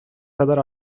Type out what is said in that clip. kadar